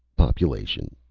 population.